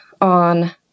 on